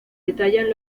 detallan